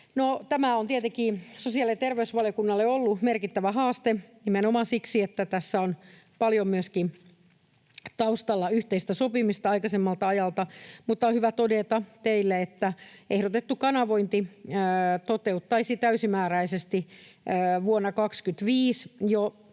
tämä on tietenkin sosiaali- ja terveysvaliokunnalle ollut merkittävä haaste nimenomaan siksi, että tässä on paljon myöskin taustalla yhteistä sopimista aikaisemmalta ajalta. On hyvä todeta teille, että ehdotettu kanavointi toteuttaisi täysimääräisesti vuonna 25 jo